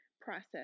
process